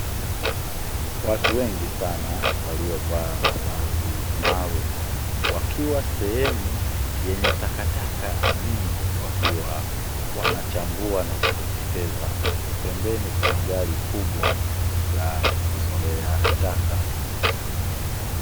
Watu wengi sana waliovaa mavazi maalumu, wakiwa sehemu yenye takataka nyingi, wakiwa wanachambua na kuteketeza. Pembeni kuna gari kubwa la kuzolea taka.